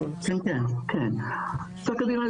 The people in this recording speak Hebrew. כן, כן, פסק הדין הזה